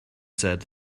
said